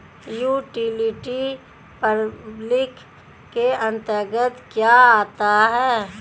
Utility public के अंतर्गत क्या आता है?